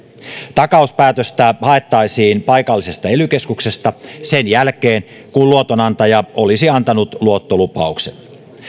takauspäätöstä haettaisiin paikallisesta ely keskuksesta sen jälkeen kun luotonantaja olisi antanut luottolupauksen